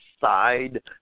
side